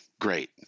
great